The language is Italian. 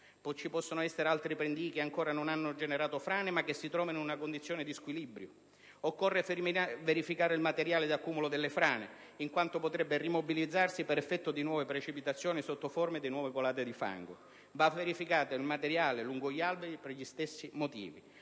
Ci potrebbero essere altri pendii che non hanno ancora generato frane, ma che si trovano in una condizione di squilibrio; occorre verificare il materiale di accumulo delle frane, in quanto potrebbe rimobilizzarsi per effetto di nuove precipitazioni sotto forma di nuove colate di fango; va verificato il materiale lungo gli alvei per gli stessi motivi;